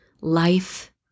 life